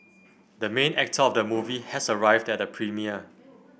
the main actor of the movie has arrived at the premiere